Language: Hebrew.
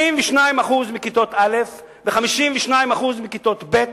62% מכיתות א', ו-52% מכיתות ב',